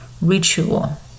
ritual